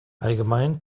allgemein